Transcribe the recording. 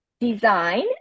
design